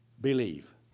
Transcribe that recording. Believe